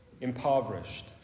impoverished